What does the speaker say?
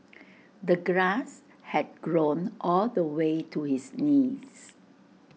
the grass had grown all the way to his knees